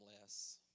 less